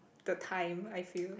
the time I feel